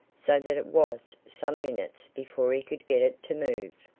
so that it was some minutes before he could get it to move.